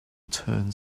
turn